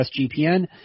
SGPN